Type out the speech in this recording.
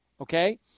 Okay